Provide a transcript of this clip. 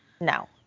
No